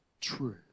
true